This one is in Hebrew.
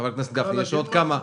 חבר הכנסת גפני, יש עוד כמה.